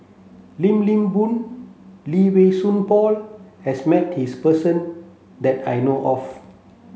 Lim Lim Boon Lee Wei Song Paul has met this person that I know of